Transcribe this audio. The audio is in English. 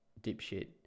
dipshit